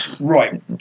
Right